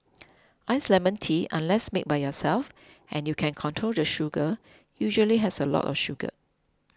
iced lemon tea unless made by yourself and you can control the sugar usually has a lot of sugar